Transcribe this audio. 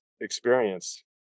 experience